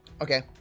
okay